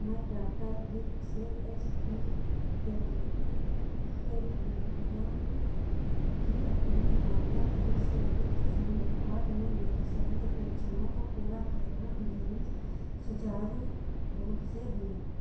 मैं data click से H P पेवली पेविविलियम की अपनी हालिया ख़रीद से बहुत ख़ुश हूँ उत्पाद ने मेरी सभी अपेक्षाओं को पूरा किया और डिलीवरी सुचारू रूप से हुई